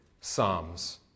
psalms